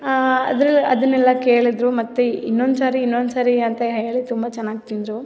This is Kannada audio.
ಅದ್ರಲ್ಲಿ ಅದನ್ನೆಲ್ಲ ಕೇಳಿದ್ರು ಮತ್ತೆ ಇನ್ನೊಂದುಸರಿ ಇನ್ನೊಂದುಸರಿ ಅಂತ ಹೇಳಿ ತುಂಬ ಚೆನ್ನಾಗಿ ತಿಂದರು